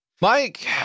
Mike